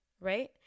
right